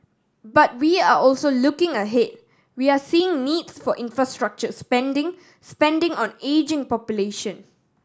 but we are also looking ahead we are seeing needs for infrastructure spending spending on ageing population